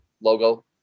logo